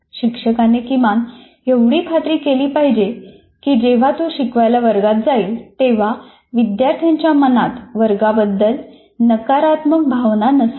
शिक्षकाने किमान एवढी खात्री केली पाहिजे की जेव्हा तो शिकवायला वर्गात जाईल तेव्हा विद्यार्थ्यांच्या मनात वर्गाबद्दल नकारात्मक भावना नसावी